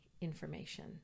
information